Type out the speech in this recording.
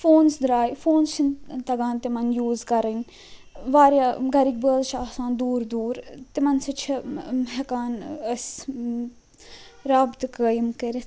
phones درٛایہِ phones چھِنہٕ تگان تِمن یوٗز کَرٕنۍ واریاہ گھرکۍ بٲژ چھِ آسان دوٗر دوٗر ٲں تِمن سۭتۍ چھِ ٲں ہیٚکان أسۍ رابطہٕ قٲیم کٔرِتھ